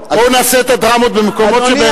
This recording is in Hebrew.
בואו נעשה את הדרמות במקומות שבאמת צריך.